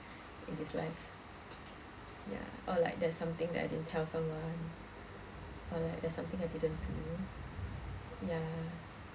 in this life ya or like there's something that I didn't tell someone or like there's something I didn't do ya